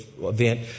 event